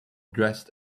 dressed